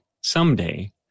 someday